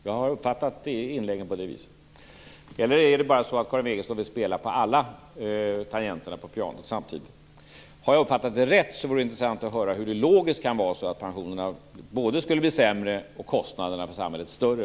Jag har uppfattat inlägget på det viset. Eller är det bara så att Karin Wegestål vill spela på alla tangenterna på pianot samtidigt? Har jag uppfattat det rätt, vore det intressant att höra hur det logiskt kan vara både så att pensionerna skulle bli sämre och kostnaderna för samhället större.